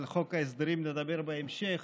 על חוק ההסדרים נדבר בהמשך,